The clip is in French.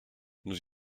nous